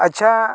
ᱟᱪᱪᱷᱟ